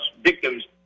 victims